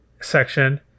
section